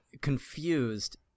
confused